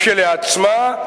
כשלעצמה,